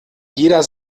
jeder